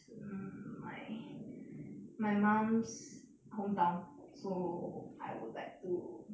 是 my my mum's hometown so I would like to